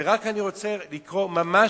ורק אני רוצה לקרוא ממש